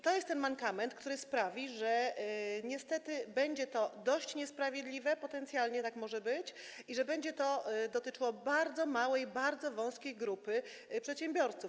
To jest ten mankament, który sprawi, że niestety będzie to dość niesprawiedliwe, potencjalnie tak może być, i że będzie to dotyczyło bardzo małej, bardzo wąskiej grupy przedsiębiorców.